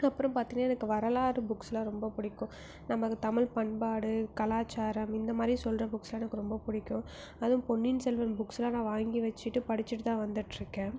அதுக்கப்புறம் பார்த்திங்கன்னா எனக்கு வரலாறு புக்ஸெலாம் ரொம்ப பிடிக்கும் நமது தமிழ் பண்பாடு கலாச்சாரம் இந்த மாதிரி சொல்கிற புக்ஸெலாம் எனக்கு ரொம்ப பிடிக்கும் அதுவும் பொன்னியின் செல்வன் புக்ஸெலாம் நான் வாங்கி வச்சுட்டு படித்துட்டு தான் வந்துட்டிருக்கேன்